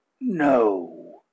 no